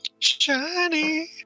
Shiny